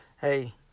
Hey